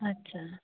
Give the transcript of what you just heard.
ਅੱਛਾ